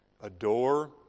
adore